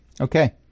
Okay